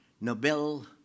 Nobel